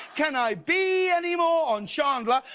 can i be any more on chandler?